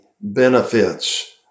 benefits